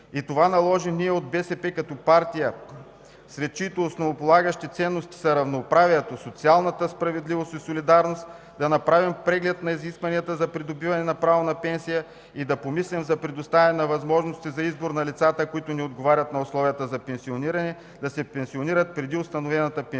Това наложи ние от БСП като партия, сред чиито основополагащи ценности са равноправието, социалната справедливост и солидарност, да направим преглед на изискванията за придобиване на право на пенсия и да помислим за предоставяне на възможности за избор на лицата, които не отговарят на условията за пенсиониране, да се пенсионират преди установената пенсионна